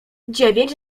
dziewięć